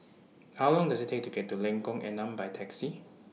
How Long Does IT Take to get to Lengkong Enam By Taxi